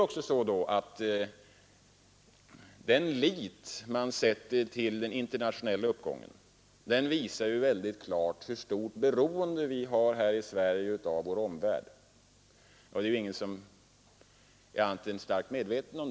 Men den lit man sätter till den internationella uppgången visar väldigt klart i hur hög grad vi här i Sverige är beroende av vår omvärld. Det är vi väl alla starkt medvetna om.